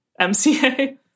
MCA